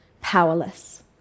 powerless